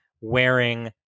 wearing